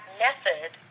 method